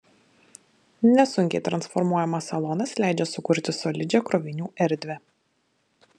nesunkiai transformuojamas salonas leidžia sukurti solidžią krovinių erdvę